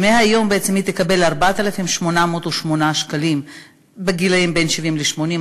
מהיום היא בעצם תקבל 4,808 שקלים בגילים בין 70 ל-80,